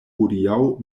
hodiaŭ